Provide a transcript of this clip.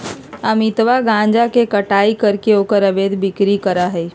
अमितवा गांजा के कटाई करके ओकर अवैध बिक्री करा हई